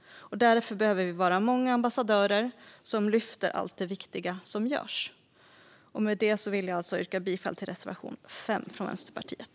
Därför behöver vi vara många ambassadörer som lyfter fram allt det viktiga som görs. Jag vill yrka bifall till reservation 5 från Vänsterpartiet.